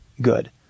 good